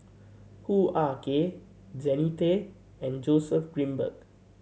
Hoo Ah Kay Jannie Tay and Joseph Grimberg